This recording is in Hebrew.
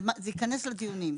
זה ייכנס לדיונים.